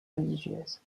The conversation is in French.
religieuses